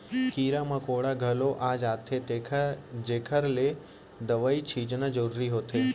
कीरा मकोड़ा घलौ आ जाथें जेकर ले दवई छींचना जरूरी होथे